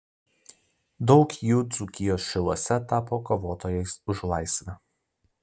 daug jų dzūkijos šiluose tapo kovotojais už laisvę